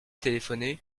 téléphoner